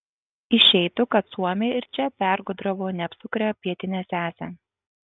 išeitų kad suomiai ir čia pergudravo neapsukrią pietinę sesę